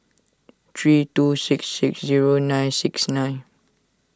three two six six zero nine six nine